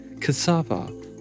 cassava